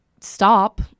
stop